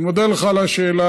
אני מודה לך על השאלה,